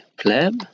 pleb